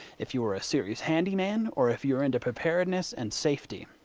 if you are a serious handy man or if you are into preparedness and safety.